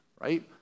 right